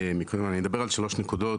אני אדבר על שלוש נקודות,